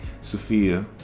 Sophia